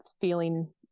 feeling